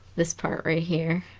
this part right here